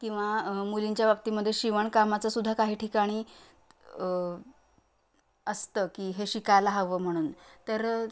किंवा मुलींच्या बाबतीमध्ये शिवणकामाचंसुद्धा काही ठिकाणी असतं की हे शिकायला हवं म्हणून तर